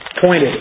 pointed